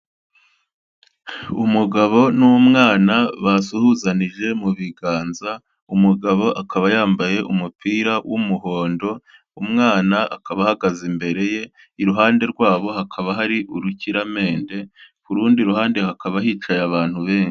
Umugabo n'umwana basuhuzanije mu biganza, umugabo akaba yambaye umupira w'umuhondo, umwana akaba ahagaze imbere ye, iruhande rwabo hakaba hari urukiramende, ku rundi ruhande hakaba hicaye abantu benshi.